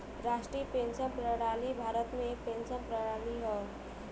राष्ट्रीय पेंशन प्रणाली भारत में एक पेंशन प्रणाली हौ